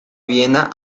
viena